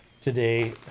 today